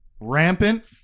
Rampant